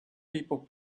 people